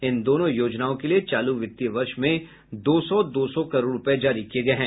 इन दोनों योजनाओं के लिए चालू वित्तीय वर्ष में दो दो सौ करोड़ रूपये जारी किये गये हैं